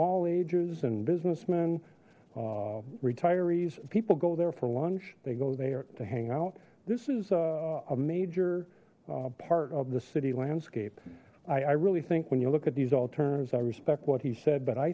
all ages and businessmen retirees people go there for lunch they go there to hang out this is a major part of the city landscape i really think when you look at these alternatives i respect what he said but i